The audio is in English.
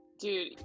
dude